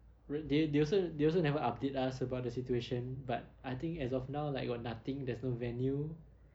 they they also never update us about the situation but I think as of now like got nothing there's no venue